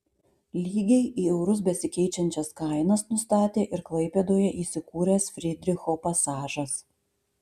lygiai į eurus besikeičiančias kainas nustatė ir klaipėdoje įsikūręs frydricho pasažas